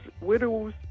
widows